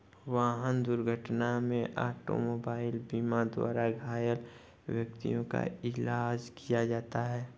वाहन दुर्घटना में ऑटोमोबाइल बीमा द्वारा घायल व्यक्तियों का इलाज किया जाता है